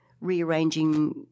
rearranging